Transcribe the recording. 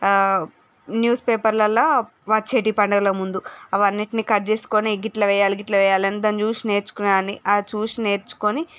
news పేపర్లలో వచ్చేటివి పండగలకు ముందు అవన్నిటినీ కట్ చేసుకొని ఇట్ల వేయాలి ఇట్ల వేయాలని దాని చూసి నేర్చుకునేదాన్ని ఆ చూసి నేర్చుకొని